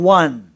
one